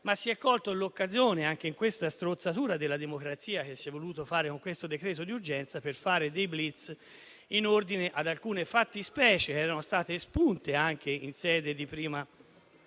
Si è colta l'occasione in questa strozzatura della democrazia che si è voluta realizzare con questo decreto di urgenza per fare dei *blitz* in ordine ad alcune fattispecie che erano state espunte in sede di prima